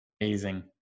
Amazing